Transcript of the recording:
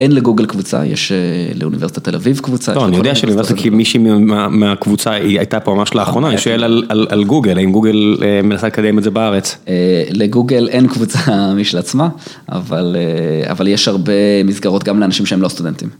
אין לגוגל קבוצה, יש לאוניברסיטת תל אביב קבוצה. טוב, אני יודע שלאוניברסיטת, כי מישהי מהקבוצה היא הייתה פה ממש לאחרונה, אני שואל על על גוגל, האם גוגל מנסה לקדם את זה בארץ. לגוגל אין קבוצה משל עצמה, אבל אבל יש הרבה מסגרות גם לאנשים שהם לא סטודנטים.